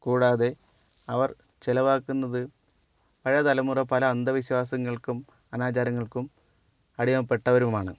കൂടാതെ അവർ ചിലവാക്കുന്നത് പഴയ തലമുറ പല അന്ധവിശ്വാസങ്ങൾക്കും അനാചാരങ്ങൾക്കും അടിമപ്പെട്ടവരുമാണ്